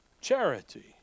Charity